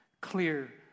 clear